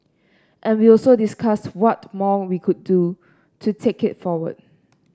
and we also discussed what more we could do to take it forward